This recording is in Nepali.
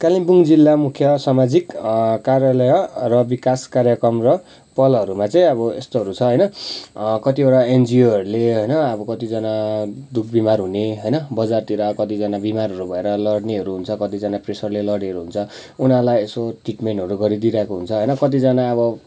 कालिम्पोङ जिल्ला मुख्य सामाजिक कार्यालय र विकास कार्यक्रम र पहलहरूमा चाहिँ अब यस्तोहरू छ होइन कतिवटा एनजिओहरूले होइन अब कतिजना दुःख बिमार हुने होइन बजारतिर कतिजना बिमारहरू भएर लड्नेहरू हुन्छ कतिजना प्रेसरले लड्नेहरू हुन्छ उनीहरूलाई यसो ट्रिटमेन्टहरू गरिदिइराखेको हुन्छ होइन कतिजना अब